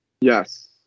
Yes